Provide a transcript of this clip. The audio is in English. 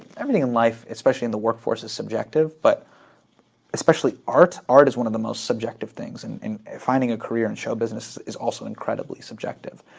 everything in life, especially in the workforce is subjective but especially art, art is one of the most subjective things and finding a career in show business is also incredibly subjective.